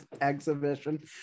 Exhibition